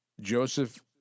Joseph